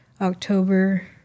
October